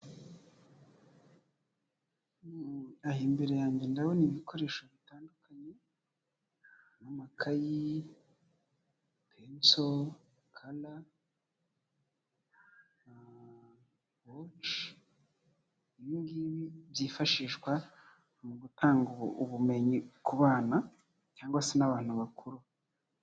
Aha imbere yanjye ndabona ibikoresho bitandukanye amakayi, jibuso, kana, rushi , ibingibi byifashishwa mu gutanga ubumenyi ku bana cyangwa se n'abantu bakuru.